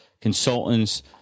consultants